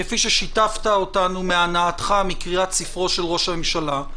כפי ששיתפת אותנו מהנאתך מקריאת ספרו של ראש הממשלה,